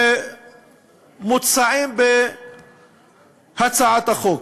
שמוצעים בהצעת החוק.